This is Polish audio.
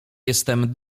jestem